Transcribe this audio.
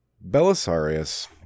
Belisarius